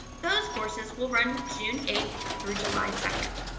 those courses will run june eighth through july second.